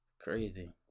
Crazy